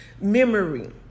memory